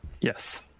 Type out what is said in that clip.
Yes